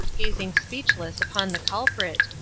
gazing speechless upon the culprit,